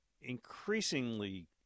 increasingly